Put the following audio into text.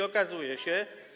Okazuje się.